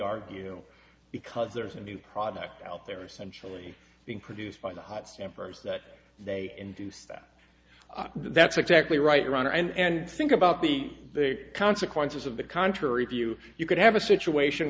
argue because there's a new product out there or centrally being produced by the hot stampers that they induce that that's exactly right your honor and think about the consequences of the contrary view you could have a situation